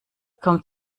kommt